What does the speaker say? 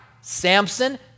Samson